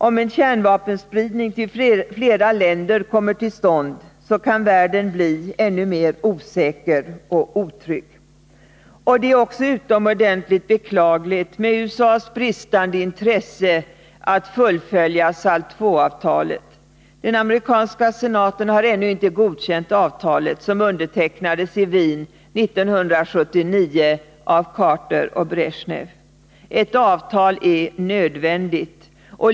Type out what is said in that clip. Om en kärnvapenspridning till flera länder kommer till stånd, kan världen bli ännu mer osäker och otrygg. Det är också utomordentligt beklagligt med USA:s bristande intresse av att fullfölja SALT 2-avtalet. Den amerikanska senaten har ännu inte godkänt avtalet, som undertecknades i Wien 1979 av Carter och Bresnjev. Ett avtal är nödvändigt.